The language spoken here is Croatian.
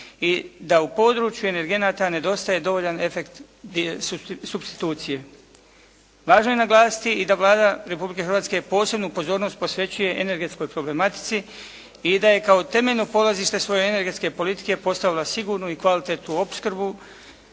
i da u području energenata nedostaje dovoljan efekt supstitucije. Važno je naglasiti i da Vlada Republike Hrvatske posebnu pozornost posvećuje energetskoj problematici i da je kao temeljno polazište svoje energetske politike postavila sigurnu i kvalitetnu opskrbu